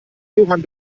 johann